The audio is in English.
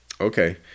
Okay